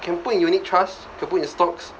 can put in unit trust can put in stocks